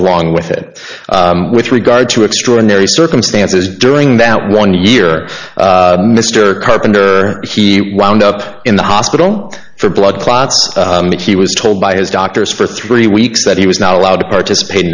along with it with regard to extraordinary circumstances during that one year mr carpenter he wound up in the hospital for blood clots that he was told by his doctors for three weeks that he was not allowed to participate